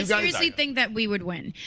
yeah seriously think that we would win.